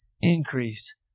increase